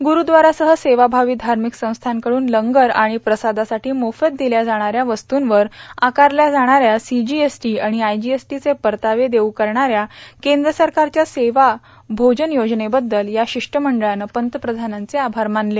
ग्ररूद्वारासह सेवाभावी धार्मिक संस्थांकडून लंगर आणि प्रसादासाठी मोफत दिल्या जाणाऱ्या वस्तूंवर आकारल्या जाणाऱ्या सीजीएसटी आणि आयजीएसटी चे परतावे देऊ करणाऱ्या केंद्र सरकारच्या सेवा भोजन योजनेबद्दल या शिष्टमंडळानं पंतप्रधानांचे आभार मानले